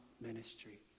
ministry